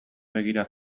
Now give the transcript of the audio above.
begira